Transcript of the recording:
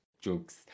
jokes